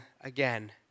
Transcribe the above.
again